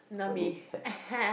I need hacks